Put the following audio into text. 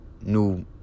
new